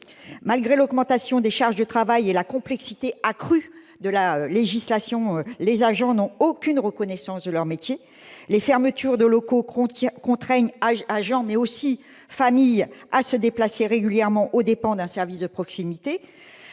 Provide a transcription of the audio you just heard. Malgré l'augmentation des charges de travail et la complexité accrue de la législation, les agents n'ont aucune reconnaissance de leur métier. Par ailleurs, les fermetures de locaux contraignent les agents, mais aussi les familles, à se déplacer régulièrement, aux dépens d'un service de proximité.